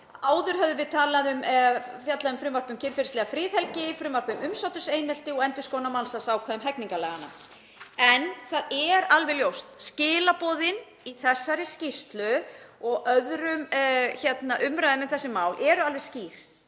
Áður höfðum við fjallað um frumvarp um kynferðislega friðhelgi, frumvarp um umsáturseinelti og endurskoðun á mansalsákvæðum hegningarlaganna. En það er alveg ljóst að skilaboðin í þessari skýrslu og í annarri umræðu um þessi mál eru alveg skýr.